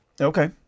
Okay